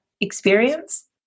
experience